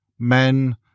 men